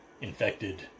infected